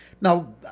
Now